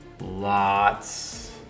Lots